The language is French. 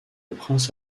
prince